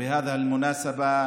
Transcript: ובהזדמנות זו